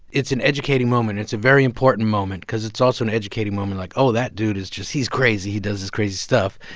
it's an educating moment. it's a very important moment because it's also an educating moment like, oh, that dude is just he's crazy. he does this crazy stuff.